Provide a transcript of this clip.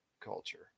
culture